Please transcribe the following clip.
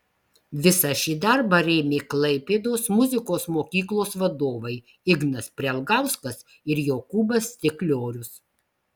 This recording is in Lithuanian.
visą šį darbą rėmė klaipėdos muzikos mokyklos vadovai ignas prielgauskas ir jokūbas stikliorius